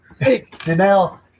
Janelle